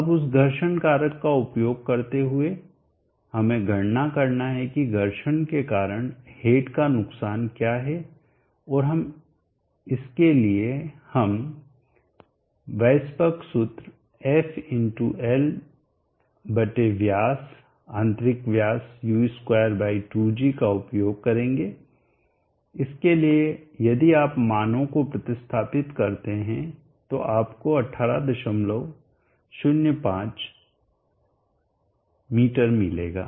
अब उस घर्षण कारक का उपयोग करते हुए हमें गणना करना है कि घर्षण के कारण हेड का नुकसान क्या है और इसके लिए हम डार्सी व़ेईसबाक सूत्र f L व्यास आंतरिक व्यास u22g का उपयोग करेंगे इसलिए यदि आप मानों को प्रतिस्थापित करते हैं तो आपको 1805 मी मिलेगा